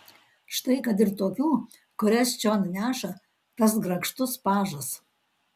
štai kad ir tokių kurias čion neša tas grakštus pažas